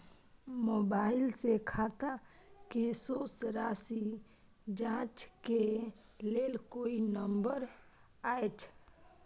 Mobile से खाता के शेस राशि जाँच के लेल कोई नंबर अएछ?